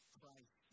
Christ